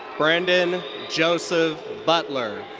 brenden joseph butler.